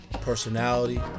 personality